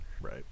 Right